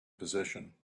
position